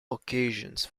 occasions